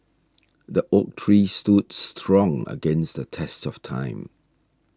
the oak tree stood strong against the test of time